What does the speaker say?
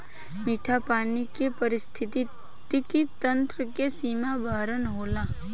मीठा पानी के पारिस्थितिकी तंत्र के सीमा बरहन होला